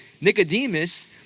Nicodemus